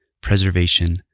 preservation